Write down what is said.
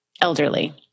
elderly